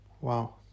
Wow